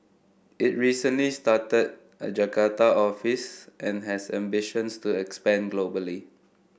it recently started a Jakarta office and has ambitions to expand globally